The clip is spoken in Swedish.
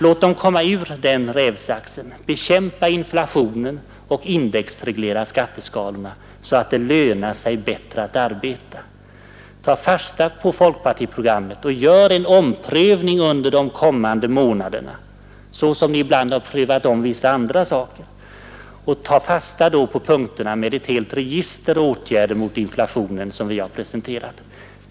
Låt dem komma ur den rävsaxen! Bekämpa inflationen och indexreglera skatteskalorna, så att det lönar sig bättre att arbeta. Ta fasta på folkpartiprogrammet och gör en omprövning under de kommande månaderna såsom ni ibland har omprövat vissa andra saker, och ta fasta på de punkter med ett helt register av åtgärder mot inflationen som vi har presenterat.